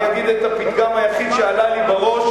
אני אגיד את הפתגם היחיד שעלה לי בראש,